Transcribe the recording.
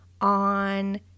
on